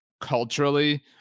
culturally